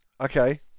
Okay